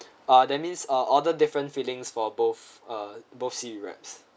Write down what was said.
ah that means uh order different filings for both uh both seaweed wraps